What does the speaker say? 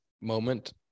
moment